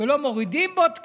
ולא מורידים בו תקנים.